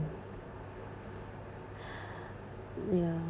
ya